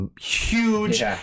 huge